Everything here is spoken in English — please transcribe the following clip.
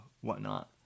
whatnot